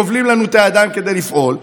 כובלים לנו את הידיים מכדי לפעול,